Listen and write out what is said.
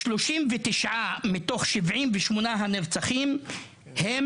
39 מתוך 78 הנרצחים, הם